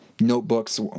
Notebooks